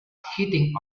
heating